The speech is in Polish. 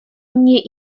mnie